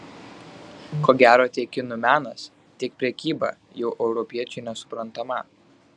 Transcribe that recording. ko gero tiek kinų menas tiek prekyba juo europiečiui nesuprantama